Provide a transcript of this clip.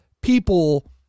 people